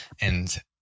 And-